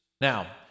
Now